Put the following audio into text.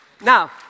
Now